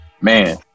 Man